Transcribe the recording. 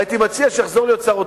והייתי מציע שיחזור להיות שר אוצר.